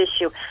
issue